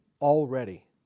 already